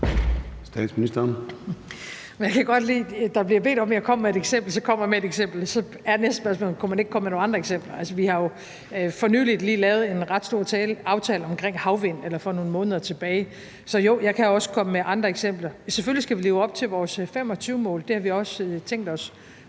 Frederiksen): Jeg kan godt lide, at der bliver bedt om, at jeg kommer med et eksempel. Og når jeg så kommer med et eksempel, er næste spørgsmål: Kunne man ikke komme med nogel andre eksempler? Altså, vi har jo for nogle måneder tilbage lavet en ret stor aftale omkring havvindmøller, så jo, jeg kan også komme med andre eksempler. Selvfølgelig skal vi leve op til vores 2025-mål. Det har vi også tænkt os